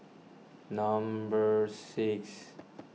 number six